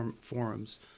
forums